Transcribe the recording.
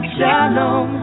Shalom